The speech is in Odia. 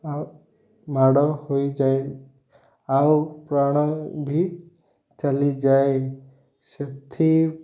ଆଉ ମାଡ଼ ହୋଇଯାଏ ଆଉ ପ୍ରାଣ ଭି ଚାଲିଯାଏ ସେଥି